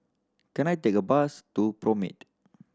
can I take a bus to Promenade